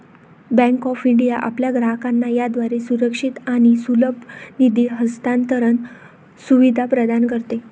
bank of India आपल्या ग्राहकांना याद्वारे सुरक्षित आणि सुलभ निधी हस्तांतरण सुविधा प्रदान करते